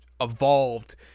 evolved